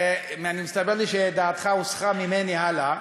ומסתבר שדעתך הוסחה ממני והלאה,